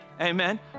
amen